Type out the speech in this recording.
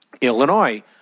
Illinois